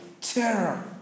terror